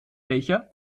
welcher